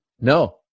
No